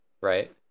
Right